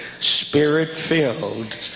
spirit-filled